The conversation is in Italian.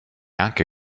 anche